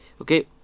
Okay